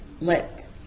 let